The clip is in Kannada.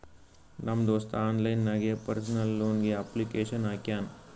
ನಮ್ ದೋಸ್ತ ಆನ್ಲೈನ್ ನಾಗೆ ಪರ್ಸನಲ್ ಲೋನ್ಗ್ ಅಪ್ಲಿಕೇಶನ್ ಹಾಕ್ಯಾನ್